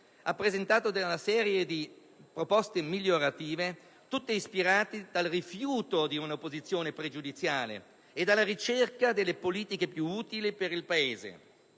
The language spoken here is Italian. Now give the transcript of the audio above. ha presentato una serie di proposte migliorative tutte ispirate dal rifiuto di una posizione pregiudiziale e dalla ricerca delle politiche più utili per il Paese.